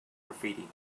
graffiti